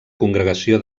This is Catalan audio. congregació